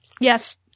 Yes